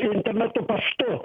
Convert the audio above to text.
internetu paštu